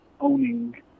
owning